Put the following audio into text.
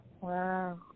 Wow